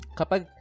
kapag